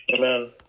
Amen